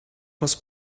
was